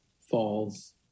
falls